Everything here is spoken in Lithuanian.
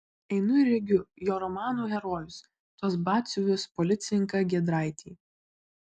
einu ir regiu jo romanų herojus tuos batsiuvius policininką giedraitį